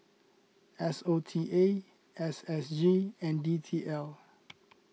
S O T A S S G and D T L